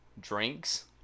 drinks